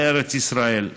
לארץ ישראל.